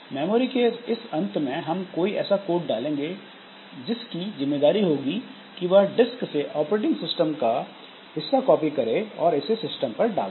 memory के इस अंत में हम कोई ऐसा कोड डालेंगे जिसकी जिम्मेदारी होगी कि वह डिस्क से ऑपरेटिंग सिस्टम का हिस्सा कॉपी करें और इसे सिस्टम पर डाल दे